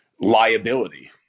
liability